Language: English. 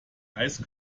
ice